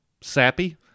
sappy